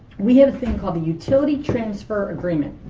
we have a thing called the utility transfer agreement.